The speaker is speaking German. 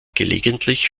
gelegentlich